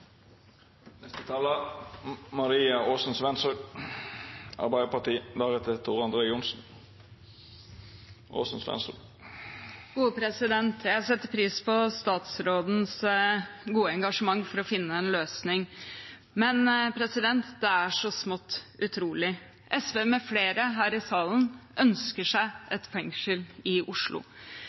Jeg setter pris på statsrådens gode engasjement for å finne en løsning, men det er så smått utrolig: SV med flere her i salen ønsker seg et fengsel i Oslo.